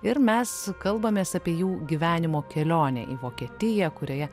ir mes kalbamės apie jų gyvenimo kelionę į vokietiją kurioje